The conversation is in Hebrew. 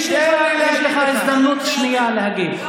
יש לך הזדמנות שנייה להגיב.